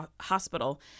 hospital